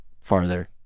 farther